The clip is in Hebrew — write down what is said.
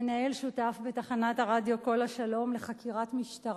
מנהל שותף בתחנת הרדיו "כל השלום", לחקירת משטרה,